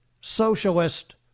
socialist